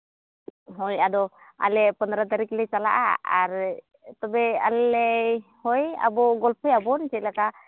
ᱦᱳᱭ ᱟᱫᱚ ᱟᱞᱮ ᱯᱚᱱᱨᱚ ᱛᱟᱹᱨᱤᱠᱷ ᱞᱮ ᱪᱟᱞᱟᱜᱼᱟ ᱟᱨ ᱛᱚᱵᱮ ᱟᱞᱮ ᱦᱳᱭ ᱟᱵᱚ ᱜᱚᱞᱯᱷᱚ ᱟᱵᱚᱱ ᱪᱮᱫ ᱞᱮᱠᱟ